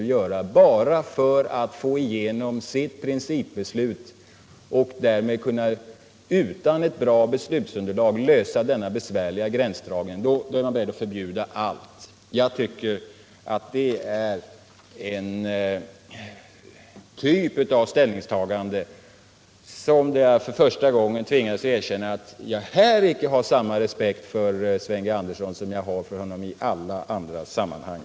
Bara för att få igenom sitt principbeslut och därmed utan ett bra beslutsunderlag kunna lösa denna besvärliga gränsdragningsfråga är utskottet nu berett att förbjuda allt. När Sven G. Andersson gör det ställningstagandet tvingas jag erkänna att jag här inte har samma respekt för honom som jag har i alla andra sammanhang.